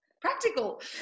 practical